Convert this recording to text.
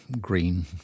green